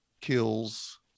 kills